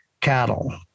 Cattle